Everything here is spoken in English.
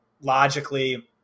logically